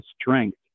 strength